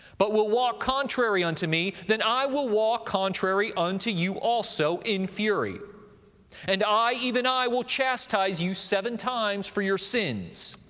but will walk contrary unto me then i will walk contrary unto you also in fury and i, even i, will chastise you seven times for your sins.